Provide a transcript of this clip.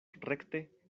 rekte